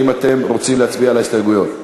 האם אתם רוצים להצביע על ההסתייגויות?